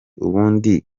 ubundi